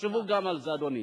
תחשבו גם על זה, אדוני.